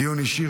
דיון אישי.